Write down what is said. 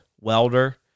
welder